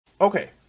Okay